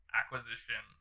acquisition